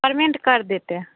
payment कर देते हैं